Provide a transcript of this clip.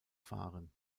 fahren